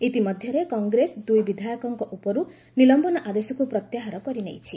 ଇତିମଧ୍ୟରେ କଂଗ୍ରେସର ଦୁଇ ବିଧାୟକଙ୍କ ଉପରୁ ନିଲମ୍ବନ ଆଦେଶକୁ ପ୍ରତ୍ୟାହାର କରିନିଆଯାଇଛି